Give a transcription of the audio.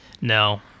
No